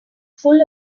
full